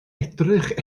edrych